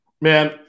Man